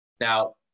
now